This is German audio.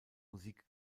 musik